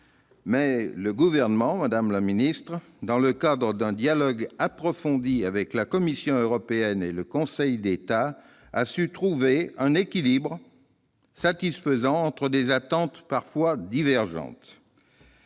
mais le Gouvernement, dans le cadre d'un dialogue approfondi avec la Commission européenne et le Conseil d'État, a su trouver un équilibre satisfaisant entre des attentes parfois divergentes.